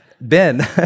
Ben